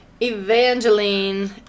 Evangeline